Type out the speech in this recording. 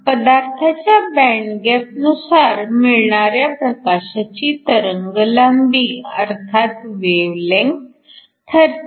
आता पदार्थाच्या band gap नुसार मिळणाऱ्या प्रकाशाची तरंगलांबी अर्थात वेव्ह लेंग्थ ठरते